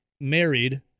married